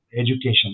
education